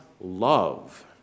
love